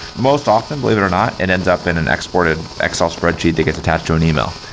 most often, believe it or not, it ends up in an exported excel spreadsheet that gets attached to an email.